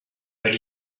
but